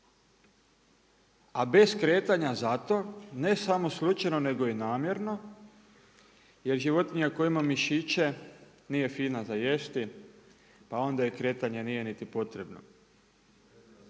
A bez kretanja zato ne samo slučajno nego i namjerno jer životinja koja ima mišiće nije fina za jesti, pa onda joj kretanje nije niti potrebno.